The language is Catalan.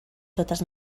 totes